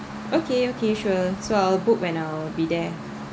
okay okay sure so I'll book when I'll be there